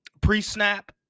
Pre-snap